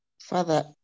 Father